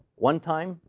one time,